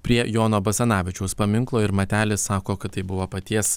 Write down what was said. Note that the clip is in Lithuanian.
prie jono basanavičiaus paminklo ir matelis sako kad tai buvo paties